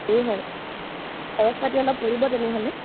দূৰ হয় খৰচ পাতি অলপ পৰিব তেনেহ'লে